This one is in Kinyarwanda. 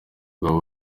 bagabo